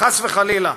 חס וחלילה,